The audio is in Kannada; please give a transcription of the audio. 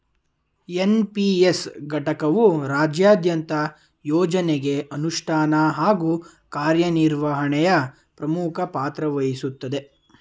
ಎನ್.ಪಿ.ಎಸ್ ಘಟಕವು ರಾಜ್ಯದಂತ ಯೋಜ್ನಗೆ ಅನುಷ್ಠಾನ ಹಾಗೂ ಕಾರ್ಯನಿರ್ವಹಣೆಯ ಪ್ರಮುಖ ಪಾತ್ರವಹಿಸುತ್ತದೆ